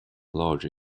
larger